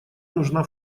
нужна